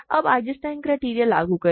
अब Eisenstein criterion लागू करें